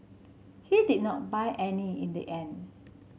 he did not buy any in the end